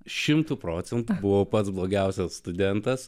šimtu procentų buvo pats blogiausias studentas